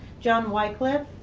john wycliffe,